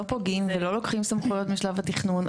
פגועים ולא לקוחים סמכויות משלב התכנון.